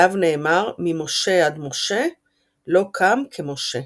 עליו נאמר "ממשה עד משה לא קם כמשה"